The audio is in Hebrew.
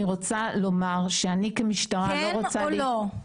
אני רוצה לומר שאני כמשטרה --- כן או לא?